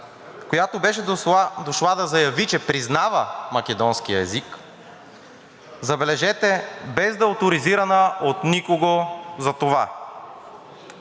която беше дошла да заяви, че признава македонския език, забележете, без да е оторизирана от никого за това,